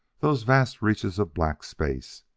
those vast reaches of black space!